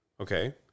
Okay